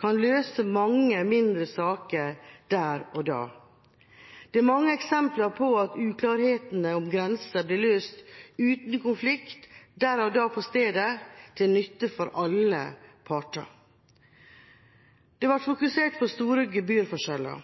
kan løse mange mindre saker der og da. Det er mange eksempler på at uklarheter om grenser blir løst uten konflikt der og da – på stedet – til nytte for alle parter. Det har blitt fokusert på store gebyrforskjeller.